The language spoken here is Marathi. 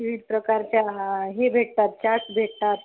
विविध प्रकारच्या हे भेटतात चाटस भेटतात